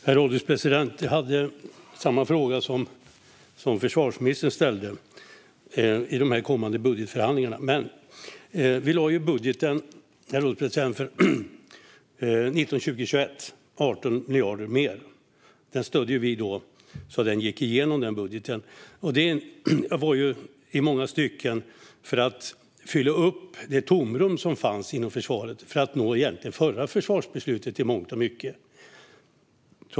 Herr ålderspresident! Jag hade samma fråga om de kommande budgetförhandlingarna som försvarsministern ställde. Vi lade ju 18 miljarder mer i budgeten för 2019-2021. Den budgeten stödde vi så att den gick igenom. Det var i många stycken för att fylla det tomrum som fanns inom förvaret och för att leva upp till det förra försvarsbeslutet.